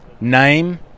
Name